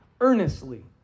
earnestly